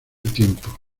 tiempo